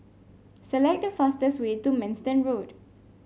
select the fastest way to Manston Road